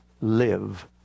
live